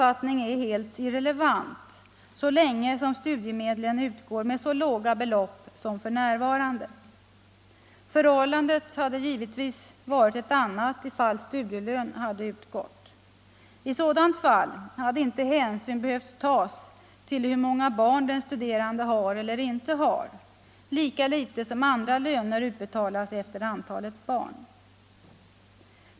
fattning är helt irrelevant så länge som studiemedlen utgår med så låga belopp som f. n. Förhållandet hade givetvis varit ett annat om studielön utgått. I sådant fall hade inte hänsyn behövt tas till hur många barn den studerande har eller inte har, lika litet som andra löner utbetalas efter antalet barn.